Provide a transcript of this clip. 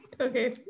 Okay